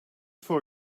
for